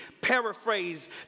paraphrase